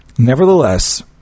Nevertheless